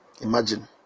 Imagine